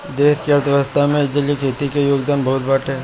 देश के अर्थव्यवस्था में जलीय खेती के योगदान बहुते बाटे